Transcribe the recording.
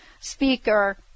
speaker